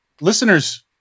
listeners